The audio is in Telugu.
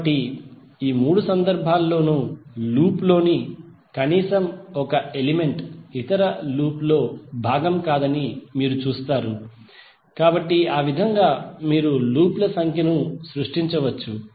కాబట్టి మూడు సందర్భాల్లోనూ లూప్ లోని కనీసం ఒక ఎలిమెంట్ ఇతర లూప్ లో భాగం కాదని మీరు చూస్తారు కాబట్టి ఆ విధంగా మీరు లూప్ ల సంఖ్యను సృష్టించవచ్చు